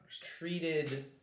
treated